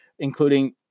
including